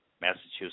Massachusetts